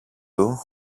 του